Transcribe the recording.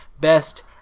Best